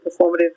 performative